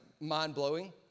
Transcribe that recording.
mind-blowing